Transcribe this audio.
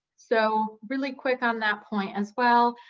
so really quick on that point as well,